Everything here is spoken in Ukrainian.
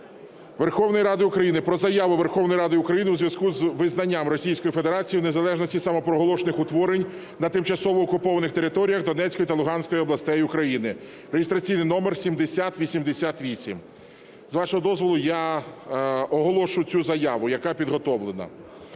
Верховної Ради України про Заяву Верховної Ради України у зв'язку з визнанням Російською Федерацією незалежності самопроголошених утворень на тимчасово окупованих територіях Донецької та Луганської областей України (реєстраційний номер 7088). З вашого дозволу я оголошу цю заяву, яка підготовлена.